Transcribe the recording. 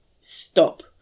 stop